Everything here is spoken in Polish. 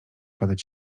padać